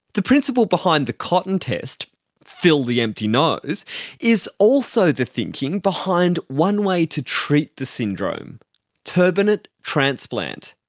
the principle behind the cotton test fill the empty nose is also the thinking behind one way to treat the syndrome turbinate transplant,